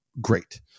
great